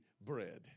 bread